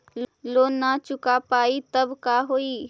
Loan न चुका पाई तब का होई?